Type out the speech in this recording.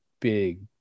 big